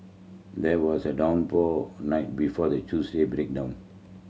there was a downpour the night before the Tuesday breakdown